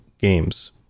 games